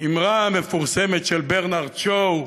אמרה מפורסמת של ברנרד שו,